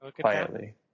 quietly